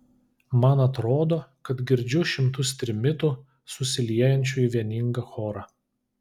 man atrodo kad girdžiu šimtus trimitų susiliejančių į vieningą chorą